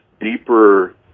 deeper